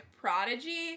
prodigy